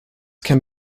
can